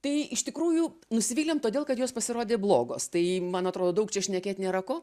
tai iš tikrųjų nusivylėm todėl kad jos pasirodė blogos tai man atrodo daug šnekėt nėra ko